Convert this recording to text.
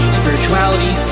spirituality